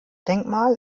denkmal